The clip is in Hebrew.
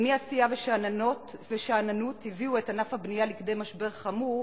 אם אי-עשייה ושאננות הביאו את ענף הבנייה לידי משבר חמור,